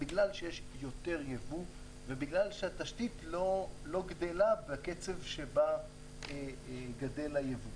בגלל שיש יותר יבוא ובגלל שהתשתית לא גדלה בקצב שבו גדל היבוא.